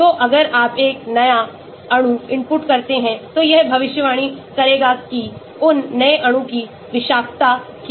तो अगर आप एक नया अणु इनपुट करते हैं तो यह भविष्यवाणी करेगा कि उस नए अणु की विषाक्तता क्या है